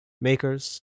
makers